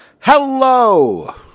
Hello